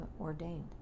ordained